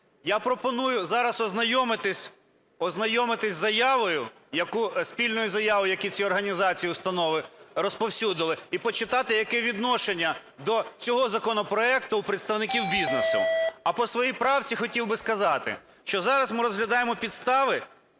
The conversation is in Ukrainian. Я пропоную зараз ознайомитись з заявою, яку, спільною заявою, які ці організації, установи розповсюдили, і почитати, яке відношення до цього законопроекту у представників бізнесу. А по своїй правці хотів би сказати, що зараз ми розглядаємо підстави